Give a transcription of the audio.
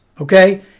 Okay